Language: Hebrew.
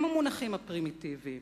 הם המונחים הפרימיטיביים.